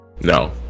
No